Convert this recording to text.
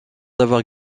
d’avoir